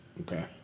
Okay